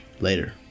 Later